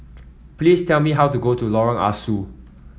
please tell me how to go to Lorong Ah Soo